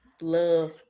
Love